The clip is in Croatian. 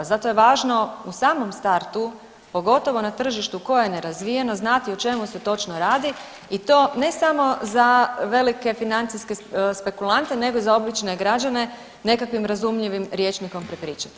Zato je važno u samom startu pogotovo na tržištu koje ne nerazvijeno znati o čemu se točno radi i to ne samo za velike financijske spekulante, nego i za obične građane nekakvim razumljivim rječnikom prepričati.